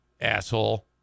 asshole